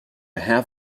half